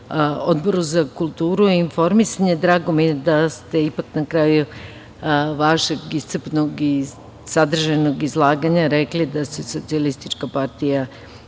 Odboru za kulturu i informisanje. Drago mi je da ste ipak na kraju vašeg iscrpnog i sadržajnog izlaganja rekli da se SPS zalaže za